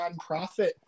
nonprofit